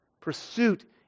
Pursuit